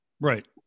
Right